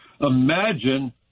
Imagine